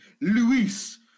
Luis